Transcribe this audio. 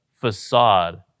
facade